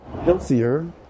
Healthier